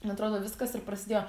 man atrodo viskas ir prasidėjo